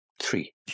three